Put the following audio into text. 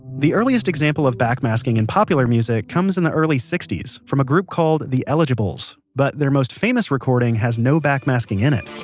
the earliest example of backmasking in popular music comes in the early sixty s from a band called the eligibles. but their most famous recording has no backmasking in it